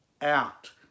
out